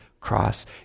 cross